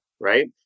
right